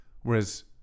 Whereas